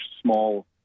small